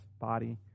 body